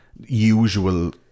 usual